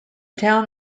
town